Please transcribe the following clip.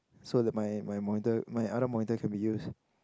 so that my my model my other model can be used